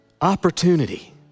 opportunity